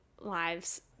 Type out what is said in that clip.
lives